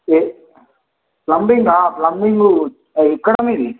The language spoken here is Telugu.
ఏ ప్లంబింగా ప్లంబింగు ఎక్కడ మీది